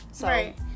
right